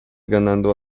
ganando